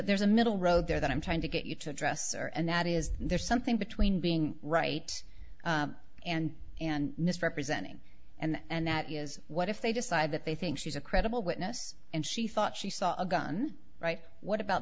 there's a middle road there that i'm trying to get you to address or and that is there's something between being right and and misrepresenting and that is what if they decide that they think she's a credible witness and she thought she saw a gun right what about